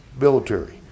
military